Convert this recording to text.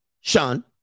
Sean